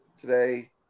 today